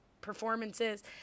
performances